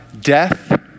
death